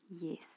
Yes